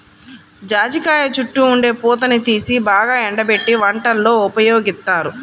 జాజికాయ చుట్టూ ఉండే పూతని తీసి బాగా ఎండబెట్టి వంటల్లో ఉపయోగిత్తారు